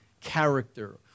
character